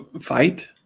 fight